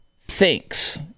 thinks